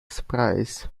surprise